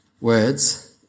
words